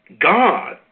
God